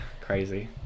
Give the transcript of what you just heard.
Crazy